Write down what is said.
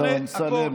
השר אמסלם,